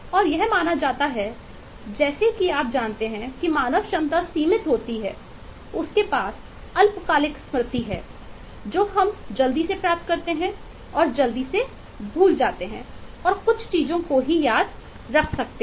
और यह माना जाता है जैसा कि आप जानते हैं कि मानव क्षमता सीमित होती है उसके पास अल्पकालिक स्मृतिहै जो हम जल्दी से प्राप्त करते हैं और जल्दी से भूल जाते हैं और कुछ चीजों को ही याद रख सकते हैं